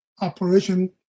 operation